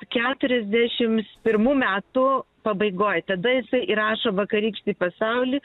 keturiasdešims pirmų metų pabaigoj tada jisai įrašo vakarykštį pasaulį